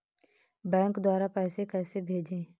Bank द्वारा पैसे कैसे भेजें?